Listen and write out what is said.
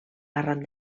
arran